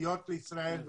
נסיעות לישראל והכול.